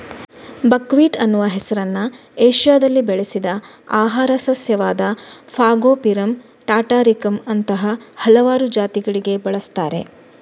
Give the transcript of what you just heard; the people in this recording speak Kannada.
ಬಕ್ವೀಟ್ ಅನ್ನುವ ಹೆಸರನ್ನ ಏಷ್ಯಾದಲ್ಲಿ ಬೆಳೆಸಿದ ಆಹಾರ ಸಸ್ಯವಾದ ಫಾಗೋಪಿರಮ್ ಟಾಟಾರಿಕಮ್ ಅಂತಹ ಹಲವಾರು ಜಾತಿಗಳಿಗೆ ಬಳಸ್ತಾರೆ